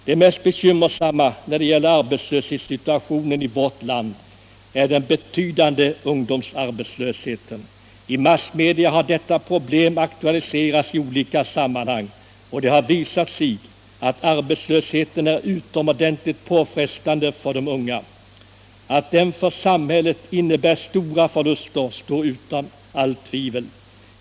Det mest bekymmersamma när det gäller arbetslöshetssituationen i vårt land är den betydande ungdomsarbetslösheten. I massmedia har detta problem aktualiserats i olika sammanhang, och det har visat sig att arbetslösheten är utomordentligt påfrestande för de unga. Att den för samhället innebär stora förluster står utom allt tvivel.